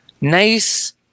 nice